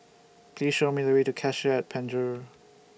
Please Show Me The Way to Cassia At Penjuru